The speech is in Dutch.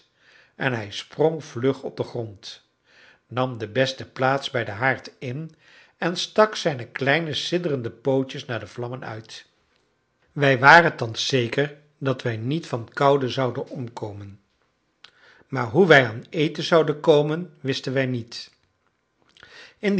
en hij sprong vlug op den grond nam de beste plaats bij den haard in en stak zijne kleine sidderende pootjes naar de vlammen uit wij waren thans zeker dat wij niet van koude zouden omkomen maar hoe wij aan eten zouden komen wisten wij niet in